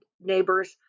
neighbors